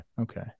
Okay